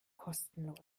kostenlos